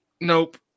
Nope